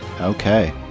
Okay